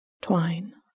twine